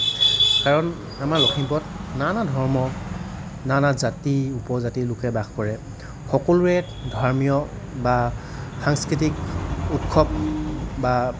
কাৰণ আমাৰ লখিমপুৰত নানা ধৰ্ম নানা জাতি উপজাতি লোকে বাস কৰে সকলোৱে ধৰ্মীয় বা সাংস্কৃতিক উৎসৱ বা